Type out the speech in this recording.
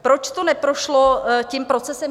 Proč to neprošlo tím procesem?